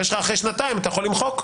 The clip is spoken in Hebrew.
ואחרי שנתיים אתה יכול למחוק.